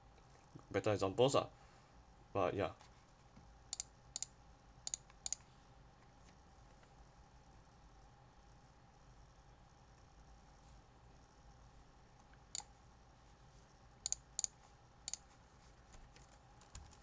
better example lah but ya